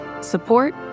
support